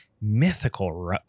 mythical